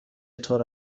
طور